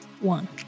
one